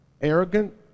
Arrogant